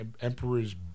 Emperor's